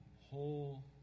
whole